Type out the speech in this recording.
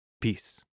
peace